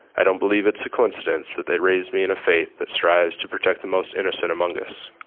i don't believe it's a coincidence that they raised me in a faith that strives to protect the most innocent among us.